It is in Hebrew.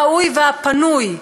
הראוי והפנוי,